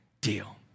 deal